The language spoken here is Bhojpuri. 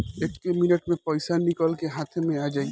एक्के मिनट मे पईसा निकल के हाथे मे आ जाई